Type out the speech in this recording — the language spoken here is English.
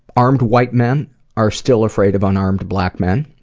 armed white men are still afraid of unarmed black men.